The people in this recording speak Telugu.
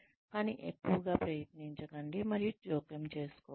కానీ ఎక్కువగా ప్రయత్నించకండి మరియు జోక్యం చేసుకోవద్దు